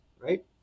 right